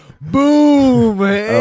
boom